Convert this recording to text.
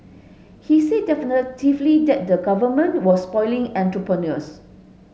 he said definitively that the Government was spoiling entrepreneurs